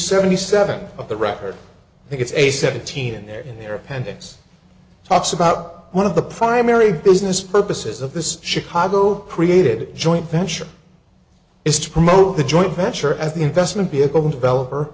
seventy seven of the record i think it's a seventeen in there and this talks about one of the primary business purposes of this chicago created joint venture is to promote the joint venture at the investment vehicle developer